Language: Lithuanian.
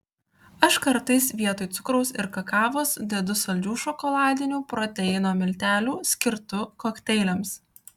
aš kartais vietoj cukraus ir kakavos dedu saldžių šokoladinių proteino miltelių skirtų kokteiliams